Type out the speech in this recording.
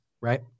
Right